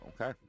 Okay